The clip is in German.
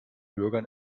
bürgern